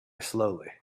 slowly